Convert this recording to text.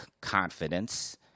confidence